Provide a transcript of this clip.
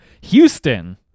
Houston